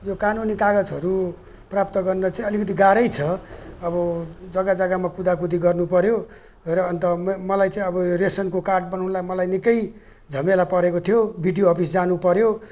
यो कानुनी कागजहरू प्राप्त गर्न चाहिँ अलिकति गाह्रै छ अब जग्गा जग्गामा कुदाकुदी गर्नुपर्यो र अन्त म मलाई चाहिँ अब यो रासनको कार्ड बनाउनुलाई मलाई निकै झमेला परेको थियो बिडिओ अफिस जानुपर्यो